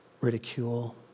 ridicule